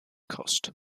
cost